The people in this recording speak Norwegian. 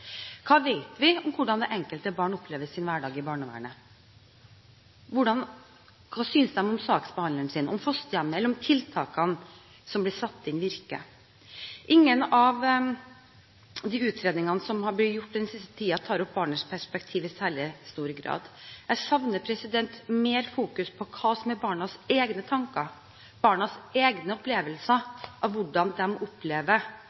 Hva vet vi om hvordan det enkelte barn opplever sin hverdag i barnevernet? Hva synes de om saksbehandleren sin, om fosterhjemmet, og synes de tiltakene som blir satt inn, virker? Ingen av de utredningene som har blitt gjorde den siste tiden, tar opp barnets perspektiv i særlig grad. Jeg savner mer fokus på hva som er barnas egne tanker, barnas egne opplevelser av hvordan de opplever